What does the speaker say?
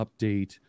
update